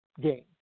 game